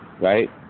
right